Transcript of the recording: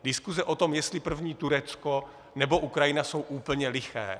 Diskuse o tom, jestli první Turecko, nebo Ukrajina, jsou úplně liché.